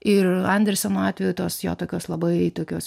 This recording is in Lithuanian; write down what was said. ir anderseno atveju tos jo tokios labai tokios